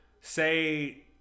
say